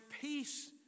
peace